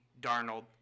Darnold